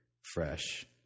fresh